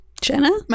Jenna